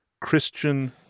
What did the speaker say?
Christian